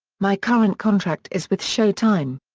my current contract is with showtime.